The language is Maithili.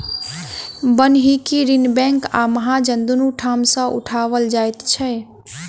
बन्हकी ऋण बैंक आ महाजन दुनू ठाम सॅ उठाओल जाइत छै